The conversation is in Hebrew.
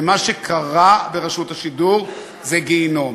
ומה שקרה ברשות השידור זה גיהינום.